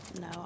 No